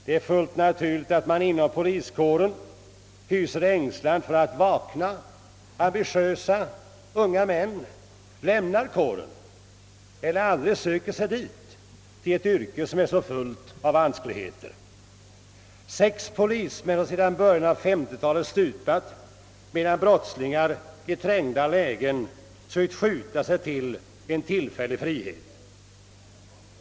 Det är fullt naturligt att man inom poliskåren hyser ängslan för att vakna och ambitiösa människor lämnar kåren eller aldrig ger sig in i ett yrke så fullt av vanskligheter. Sex polismän har sedan början av 1950-talet stupat sedan brottslingar i trängda lägen sökt skjuta sig till en tillfällig frihet.